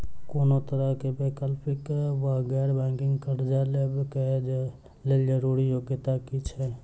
कोनो तरह कऽ वैकल्पिक वा गैर बैंकिंग कर्जा लेबऽ कऽ लेल जरूरी योग्यता की छई?